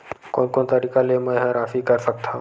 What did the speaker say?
कोन कोन तरीका ले मै ह राशि कर सकथव?